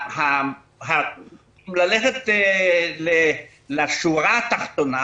אם ללכת לשורה התחתונה: